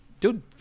Dude